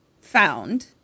found